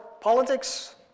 politics